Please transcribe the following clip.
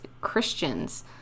Christians